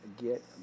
get